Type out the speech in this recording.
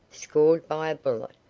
scored by a bullet.